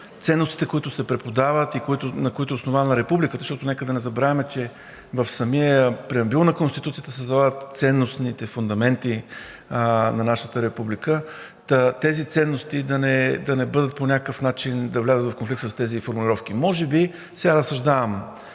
ценностите, които се преподават и на които е основана Републиката, защото, нека да не забравяме, че в самия преамбюл на Конституцията се залагат ценностните фундаменти на нашата Република, та тези ценности по някакъв начин да не влязат в конфликт с тези формулировки. Може би – сега разсъждавам